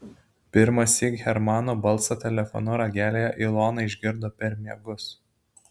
pirmąsyk hermano balsą telefono ragelyje ilona išgirdo per miegus